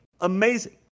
amazing